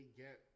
get